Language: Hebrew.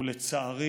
ולצערי